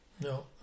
No